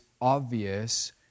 obvious